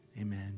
Amen